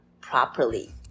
properly